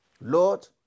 Lord